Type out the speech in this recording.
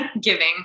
giving